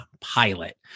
pilot